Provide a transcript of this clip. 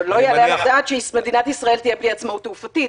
אבל לא יעלה על הדעת שמדינת ישראל תהיה בלי עצמאות תעופתית.